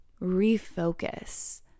refocus